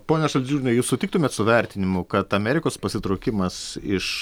pone saldžiūnai jūs sutiktumėt su vertinimu kad amerikos pasitraukimas iš